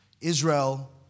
Israel